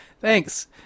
Thanks